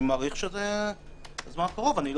אני מעריך שיהיה בזמן הקרוב.